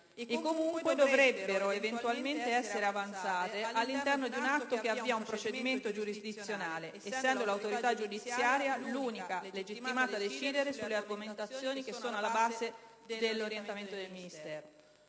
e, comunque, dovrebbero eventualmente essere avanzate all'interno di un atto che avvia un procedimento giurisdizionale, essendo l'autorità giudiziaria l'unica legittimata a decidere sulle argomentazioni che sono alla base dell'orientamento del Ministero.